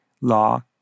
law